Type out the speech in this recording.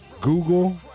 Google